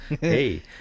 Hey